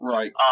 Right